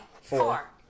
Four